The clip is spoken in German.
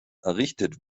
errichtet